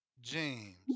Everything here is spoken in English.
James